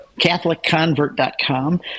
CatholicConvert.com